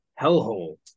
hellhole